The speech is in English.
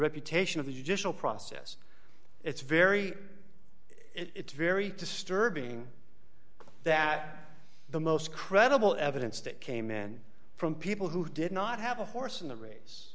reputation of the process it's very it's very disturbing that the most credible evidence that came in from people who did not have a horse in the race